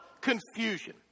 confusion